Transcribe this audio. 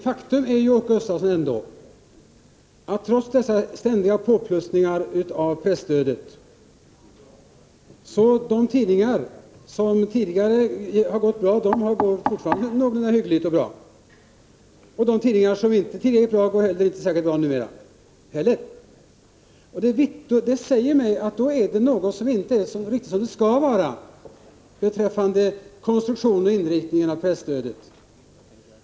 Faktum är, Åke Gustavsson, att de tidningar som tidigare har gått bra fortfarande går någorlunda hyggligt och att de tidningar som tidigare inte har gått bra inte heller nu går särskilt bra trots dessa ständiga påplussningar av presstödet. Då är det någonting som inte är riktigt som det skall vara beträffande konstruktionen och inriktningen av presstödet.